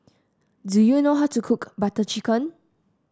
do you know how to cook Butter Chicken